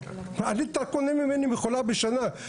היית קונה ממני מכולה בשנה,